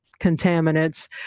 contaminants